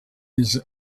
his